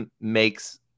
makes